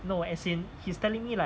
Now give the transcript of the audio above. no as in he's telling me like